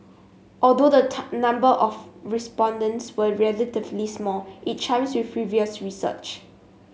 although the number of respondents were relatively small it chimes with previous research